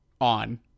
on